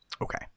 Okay